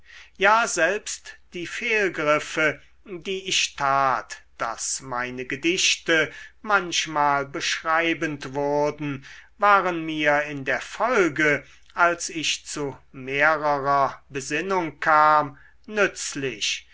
ja selbst die fehlgriffe die ich tat daß meine gedichte manchmal beschreibend wurden waren mir in der folge als ich zu mehrerer besinnung kam nützlich